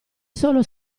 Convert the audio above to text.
solo